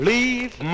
Leave